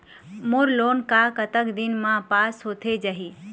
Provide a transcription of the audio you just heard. मोर loan हा कतक दिन मा पास होथे जाही?